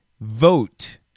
vote